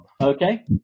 Okay